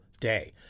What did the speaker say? day